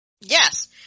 Yes